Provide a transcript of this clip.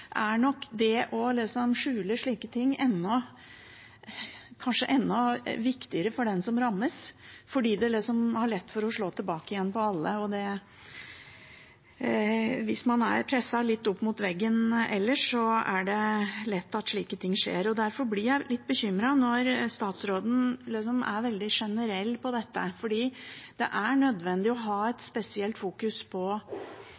er nok det å skjule slike ting kanskje enda viktigere for den som rammes, for det har lett for å slå tilbake på alle, og hvis man er presset litt opp mot veggen ellers, er det lett at slike ting skjer. Derfor blir jeg litt bekymret når statsråden er veldig generell på dette, for det er nødvendig å fokusere spesielt på